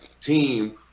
team